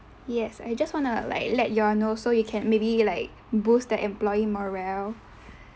yes I just want to like let you all know so you can maybe like boost the employee morale